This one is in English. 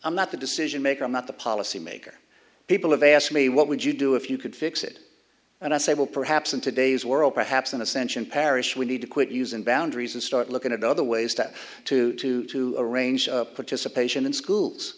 i'm not the decision maker i'm not the policy maker people have asked me what would you do if you could fix it and i say well perhaps in today's world perhaps an ascension parish we need to quit using boundaries and start looking at other ways to to to to arrange participation in schools